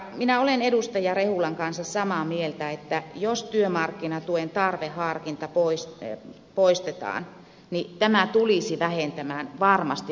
minä olen edustaja rehulan kanssa samaa mieltä että jos työmarkkinatuen tarveharkinta poistetaan niin tämä tulisi vähentämään varmasti väärinkäytöksiä